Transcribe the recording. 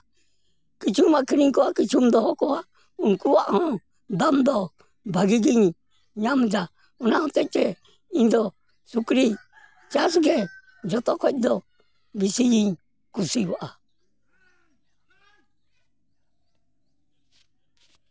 ᱠᱤᱪᱷᱩᱢ ᱟᱹᱠᱷᱨᱤᱧ ᱠᱚᱣᱟ ᱠᱤᱪᱷᱩᱢ ᱫᱚᱦᱚ ᱠᱚᱣᱟ ᱩᱱᱠᱩᱣᱟᱜ ᱦᱚᱸ ᱫᱟᱢ ᱫᱚ ᱵᱟᱜᱮ ᱜᱤᱧ ᱧᱟᱢᱫᱟ ᱚᱱᱟ ᱦᱚᱛᱮᱡ ᱛᱮ ᱤᱧ ᱫᱚ ᱥᱩᱠᱨᱤ ᱪᱟᱥ ᱜᱮ ᱡᱷᱚᱛᱚ ᱠᱷᱚᱡ ᱫᱚ ᱵᱮᱥᱤᱭᱤᱧ ᱠᱩᱥᱤᱣᱟᱜᱼᱟ